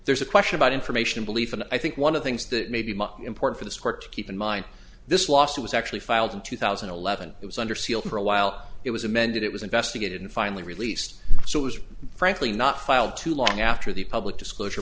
there's a question about information belief and i think one of things that may be important for this court to keep in mind this lawsuit was actually filed in two thousand and eleven it was under seal for a while it was amended it was investigated and finally released so it was frankly not filed too long after the public disclosure